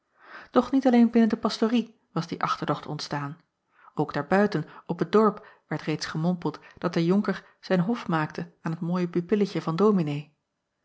och niet alleen binnen de pastorie was die achterdocht ontstaan ook daarbuiten op het dorp werd reeds gemompeld dat de onker zijn hof maakte aan het mooie pupilletje van ominee